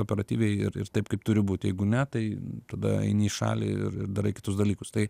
operatyviai ir ir taip kaip turi būt jeigu ne tai tada eini į šalį ir darai kitus dalykus tai